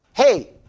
hey